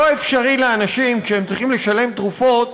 אבל מה שלא אפשרי לאנשים כשהם צריכים לשלם על תרופות